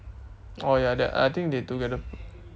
oh ya that I think they together put